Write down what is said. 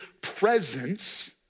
presence